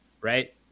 right